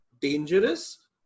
dangerous